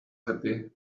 happy